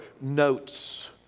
notes